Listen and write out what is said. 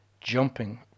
jumping